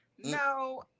No